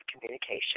communication